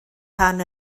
rhan